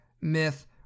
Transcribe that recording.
myth